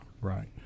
Right